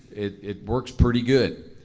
it it works pretty good,